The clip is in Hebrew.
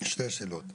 שתי שאלות.